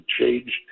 changed